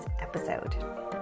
episode